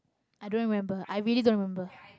i don't remember i really don't remember